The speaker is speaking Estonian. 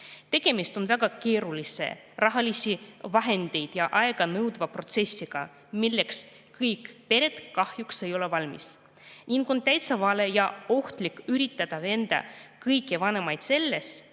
Tegemist on väga keerulise, raha ja aega nõudva protsessiga, milleks kõik pered kahjuks ei ole valmis. On täitsa vale ja ohtlik üritada veenda kõiki vanemaid selles,